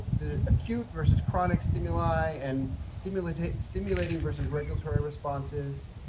the acute versus chronic stimuli and stimulating stimulating versus regulatory responses.